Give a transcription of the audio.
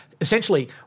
Essentially